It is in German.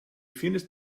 findest